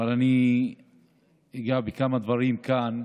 ואני אגע בכמה דברים כאן,